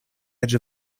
edge